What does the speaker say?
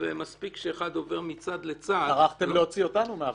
וזה מספיק שאחד עובר מצד לצד -- טרחתם להוציא אותנו מהוועדה.